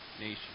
nation